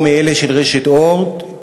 או מאלה של רשת "אורט",